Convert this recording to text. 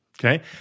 Okay